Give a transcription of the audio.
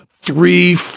Three